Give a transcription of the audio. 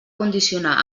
condicionar